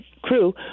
crew